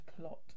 plot